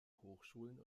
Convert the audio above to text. hochschulen